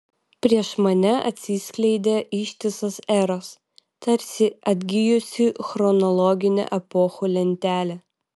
prieš mane atsiskleidė ištisos eros tarsi atgijusi chronologinė epochų lentelė